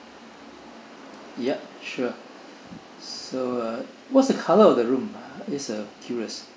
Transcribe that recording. ya sure so uh what's the colour of the room just uh curious